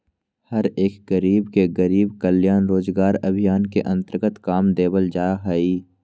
हर एक गरीब के गरीब कल्याण रोजगार अभियान के अन्तर्गत काम देवल जा हई